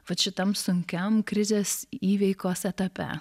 vat šitam sunkiam krizės įveiktos etape